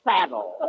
Saddle